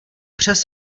přes